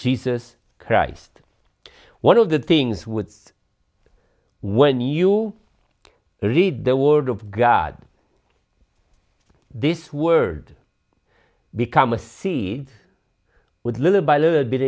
jesus christ one of the things with when you read the word of god this word become a seed with little by little bit